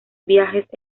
viajes